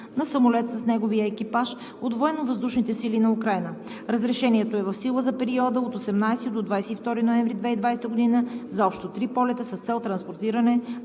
на самолет с неговия екипаж от Военновъздушните сили на Украйна. Разрешението е в сила за периода от 18 до 22 ноември 2020 г. за общо три полета с цел транспортиране